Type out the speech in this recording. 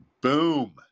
boom